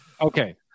Okay